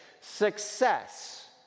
success